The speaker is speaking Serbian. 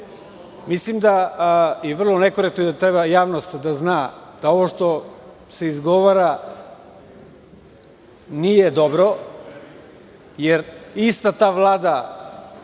itd. Mislim da je vrlo nekorektno i da treba javnost da zna da ovo što se izgovara nije dobro jer ista ta Vlada